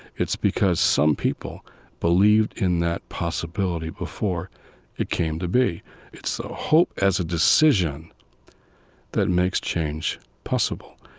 it's because some people believed in that possibility before it came to be it's hope as a decision that makes change possible.